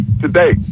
today